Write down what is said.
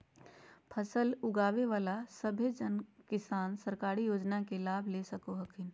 फसल उगाबे बला सभै किसान सरकारी योजना के लाभ ले सको हखिन